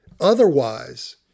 otherwise